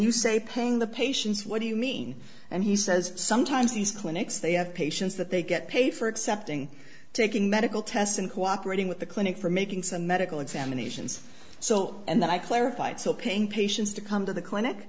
you say paying the patients what do you mean and he says sometimes these clinics they have patients that they get paid for accepting taking medical tests and cooperating with the clinic for making some medical examinations so and then i clarified so paying patients to come to the clinic